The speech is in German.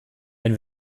wenn